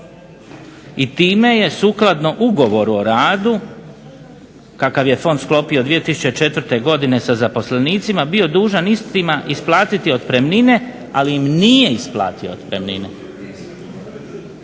i time je sukladno ugovoru o radu kakav je fond sklopio 2004. godine sa zaposlenicima bio dužan istima isplatiti otpremnine ali im nije isplatio otpremninu.